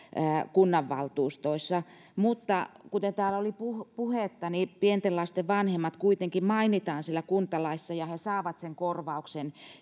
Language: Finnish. kunnanvaltuustoissa mutta kuten täällä oli puhetta niin pienten lasten vanhemmat kuitenkin mainitaan siellä kuntalaissa ja he saavat korvauksen